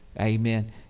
Amen